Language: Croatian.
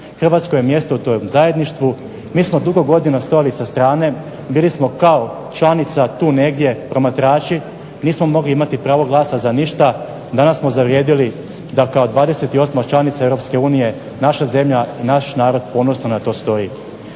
Hrvatskoj je mjesto u tom zajedništvu, mi smo puno godina stajali sa strane, bili smo kao članica promatrači, nismo mogli imati pravo glasa za ništa, danas smo zavrijedili da kao 28. članica Europske unije naša zemlja, naš narod ponosno na tom stoji.